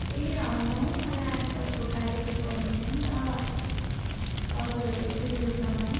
ए होइन हौ मलाई आज तपाईँको गाडी बुक गर्नु थियो नि त हजुर हजुर सिलगडीसम्म